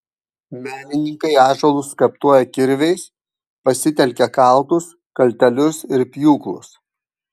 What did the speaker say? menininkai ąžuolus skaptuoja kirviais pasitelkia kaltus kaltelius ir pjūklus